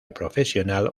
profesional